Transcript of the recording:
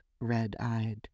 red-eyed